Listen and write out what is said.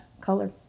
color